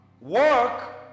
Work